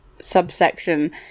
subsection